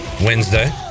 Wednesday